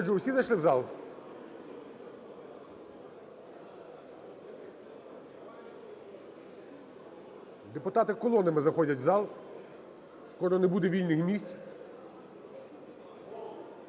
Депутати колонами заходять в зал, скоро не буде вільних місць.